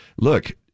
Look